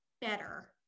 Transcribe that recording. better